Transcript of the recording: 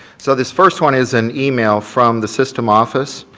so this first one is an email from the system office,